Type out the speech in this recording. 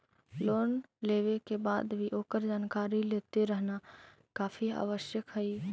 loan लेवे के बाद भी ओकर जानकारी लेते रहना काफी आवश्यक हइ